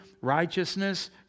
righteousness